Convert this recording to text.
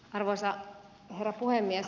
arvoisa herra puhemies